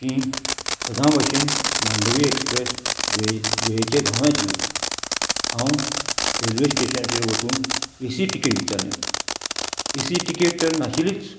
की सदां भशेन मांडोवी एक्सप्रेस वेळे वेळेचेर धांवनाशिल्ले हांव रेल्वे स्टेशनाचेर वचून एसी तिकेट विचारलें एसी टिकेट तर नाशिल्लीच